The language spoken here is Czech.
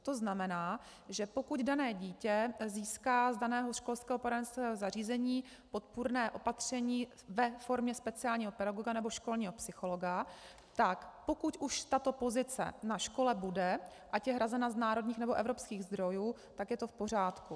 To znamená, že pokud dané dítě získá z daného školského poradenského zařízení podpůrné opatření ve formě speciálního pedagoga nebo školního psychologa, tak pokud už tato pozice na škole bude, ať je hrazena z národních, nebo evropských zdrojů, tak je to v pořádku.